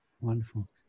Wonderful